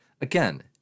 again